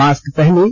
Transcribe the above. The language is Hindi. मास्क पहनें